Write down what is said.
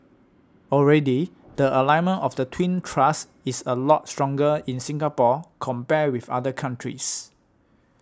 already the alignment of the twin thrusts is a lot stronger in Singapore compared with other countries